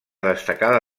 destacada